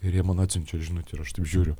ir jie man atsiunčia žinutę ir aš taip žiūriu